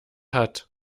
hat